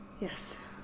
Yes